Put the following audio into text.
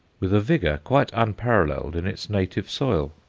with a vigour quite unparalleled in its native soil.